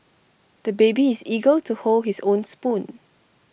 the baby is eager to hold his own spoon